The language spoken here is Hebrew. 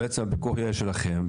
הפיקוח יהיה שלכם,